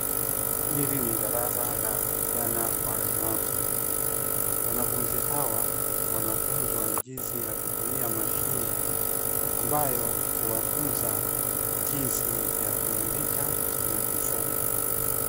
Hili ni darasa la vijana walemavu. Wanafunzi hawa wanafunzwa jinsi ya kutumia mashine ambayo huwafunza jinsi ya kuandika na kusoma.